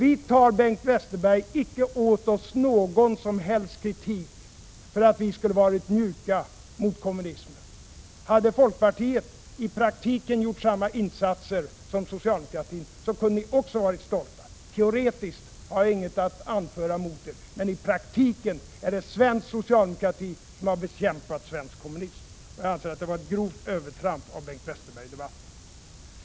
Vi tar, Bengt Westerberg, icke åt oss någon som helst kritik för att vi skulle varit mjuka mot kommunismen. Hade folkpartiet i praktiken gjort samma insatser som socialdemokratin, så kunde ni också ha varit stolta. Teoretiskt har jag inget att anföra mot er, men i praktiken är det svensk socialdemokrati som har bekämpat svensk kommunism. Jag anser att detta var ett grovt övertramp av Bengt Westerberg i debatten.